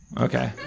Okay